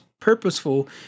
purposeful